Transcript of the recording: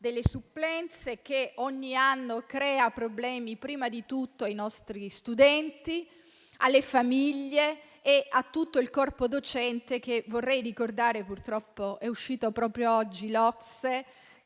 delle supplenze che ogni anno crea problemi prima di tutto ai nostri studenti, alle famiglie e a tutto il corpo docente. Vorrei inoltre ricordare che proprio oggi l'OCSE